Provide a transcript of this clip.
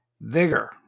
vigor